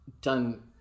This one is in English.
done